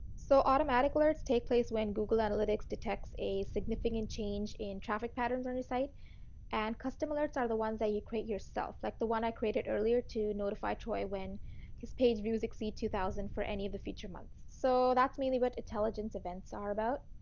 so, automatic alerts take place when google analytics detects a significant change in traffic pattern on your site and custom alerts are the ones that you create yourself. like the one i created earlier to notify troy when his page views exceed two thousand for any of the future months. so that's the meaning of but intelligence events are about.